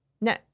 No